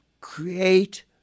create